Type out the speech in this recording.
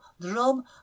drum